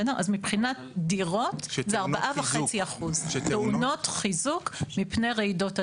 מבחינת דירות זה 4.5% שטעונות חיזוק מפני רעידות אדמה.